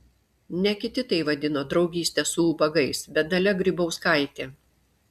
ne kiti tai vadino draugyste su ubagais bet dalia grybauskaitė